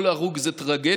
כל מת הוא טרגדיה,